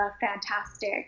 fantastic